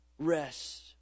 Rest